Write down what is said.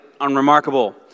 unremarkable